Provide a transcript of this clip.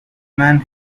man